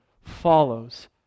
follows